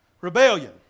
Rebellion